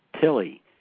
Tilly